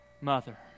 Mother